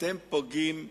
אתם פוגעים בחלשים,